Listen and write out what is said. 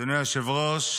אדוני היושב-ראש,